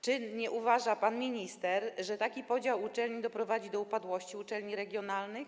Czy nie uważa pan minister, że taki podział uczelni doprowadzi do upadłości uczelni regionalnych?